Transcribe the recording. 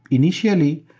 initially,